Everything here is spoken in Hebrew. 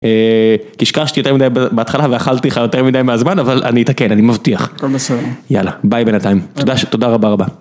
אה.. קשקשתי יותר מדי בהתחלה ואכלתי לך יותר מדי מהזמן אבל אני אתקן אני מבטיח, -הכל בסדר, -יאללה, ביי בינתיים תודה ש... תודה רבה רבה.